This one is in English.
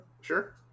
Sure